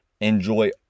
enjoy